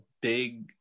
big